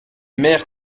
mères